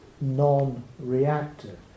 non-reactive